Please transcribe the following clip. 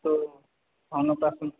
তো অন্নপ্রাশন